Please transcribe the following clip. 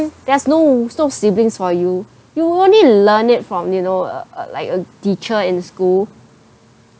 there's no s~ no siblings for you you'll only learn it from you know uh uh like a teacher in school